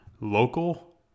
local